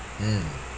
mm